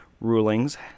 rulings